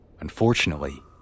Unfortunately